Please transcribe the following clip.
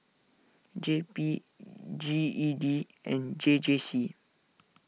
J P G E D and J J C